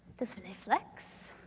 display flex,